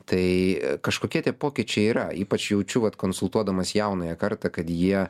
tai kažkokie tie pokyčiai yra ypač jaučiu vat konsultuodamas jaunąją kartą kad jie